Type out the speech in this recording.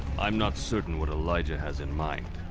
i'm not certain what elijah has in mind,